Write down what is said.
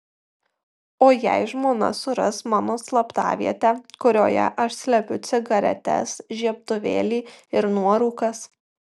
o jei žmona suras mano slaptavietę kurioje aš slepiu cigaretes žiebtuvėlį ir nuorūkas